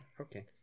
Okay